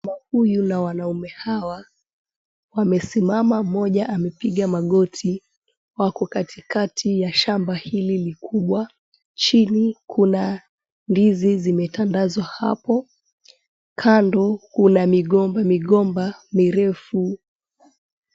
Mama huyu na wanaume hawa wamesimama, mmoja amepiga magoti, wako katikati ya shamba hili likubwa. Chini kuna ndizi zimetandazwa hapo. Kando kuna migomba migomba mirefu.